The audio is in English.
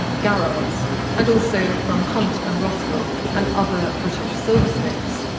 ah garrard's and also from hunt and roskell and other british silversmiths.